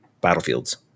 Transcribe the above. battlefields